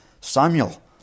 Samuel